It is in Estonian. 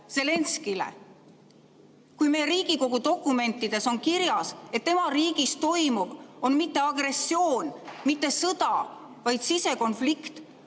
Zelenskõile, kui meie Riigikogu dokumentides on kirjas, et see, mis tema riigis toimub, on mitte agressioon, mitte sõda, vaid sisekonflikt?